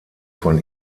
von